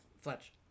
Fletch